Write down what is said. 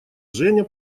женя